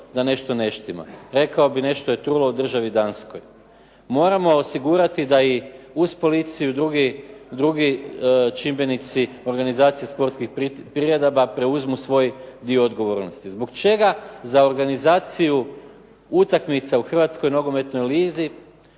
da nešto ne štima. Rekao bih nešto je trulo u državi Danskoj. Moramo osigurati da i uz policiju drugi čimbenici organizacija sportskih priredaba preuzmu svoj dio odgovornosti. Zbog čega za organizaciju utakmica u Hrvatskoj nogometnoj ligi